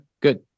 good